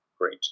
great